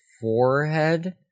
forehead